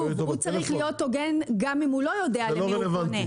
הוא צריך להיות הוגן גם אם הוא לא יודע למי הוא פונה.